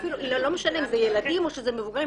לא משנה אם זה ילדים או שזה מבוגרים,